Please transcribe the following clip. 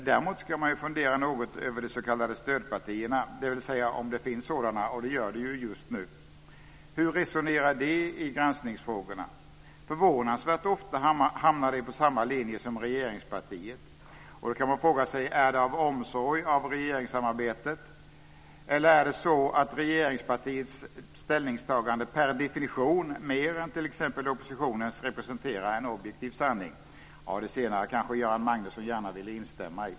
Däremot kan man fundera något över de s.k. stödpartierna, dvs. om det finns sådana och det gör det just nu. Hur resonerar de i granskningsfrågorna? Förvånansvärt ofta hamnar de på samma linje som regeringspartiet. Då kan man fråga sig: Är det av omsorg om regeringssamarbetet? Eller är det så att regeringspartiets ställningstagande per definition mer än t.ex. oppositionens ställningstagande representerar en objektiv sanning? Det senare kanske Göran Magnusson gärna vill instämma i.